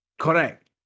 Correct